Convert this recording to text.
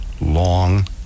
long